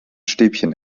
stäbchen